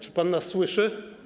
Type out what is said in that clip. Czy pan nas słyszy?